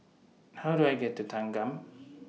How Do I get to Thanggam